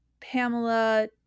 Pamela